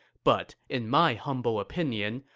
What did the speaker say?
but in my humble opinion,